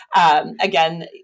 again